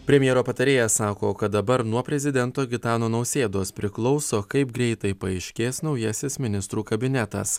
premjero patarėjas sako kad dabar nuo prezidento gitano nausėdos priklauso kaip greitai paaiškės naujasis ministrų kabinetas